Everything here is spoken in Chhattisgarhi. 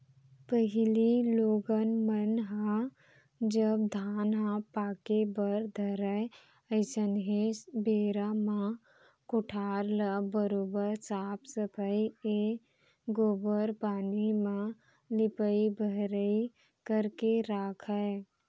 पहिली लोगन मन ह जब धान ह पाके बर धरय अइसनहे बेरा म कोठार ल बरोबर साफ सफई ए गोबर पानी म लिपाई बहराई करके राखयँ